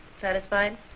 Satisfied